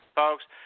folks